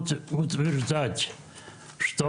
ברצוני להודות למספר